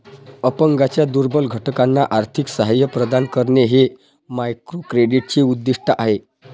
अपंगांच्या दुर्बल घटकांना आर्थिक सहाय्य प्रदान करणे हे मायक्रोक्रेडिटचे उद्दिष्ट आहे